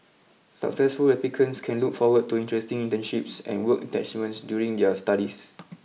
successful applicants can look forward to interesting internships and work attachments during their studies